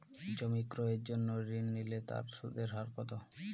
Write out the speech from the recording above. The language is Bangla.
জমি ক্রয়ের জন্য ঋণ নিলে তার সুদের হার কতো?